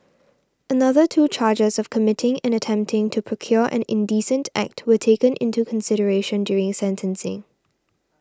another two charges of committing and attempting to procure an indecent act were taken into consideration during sentencing